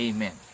Amen